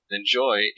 enjoy